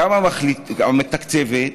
גם המתקצבת,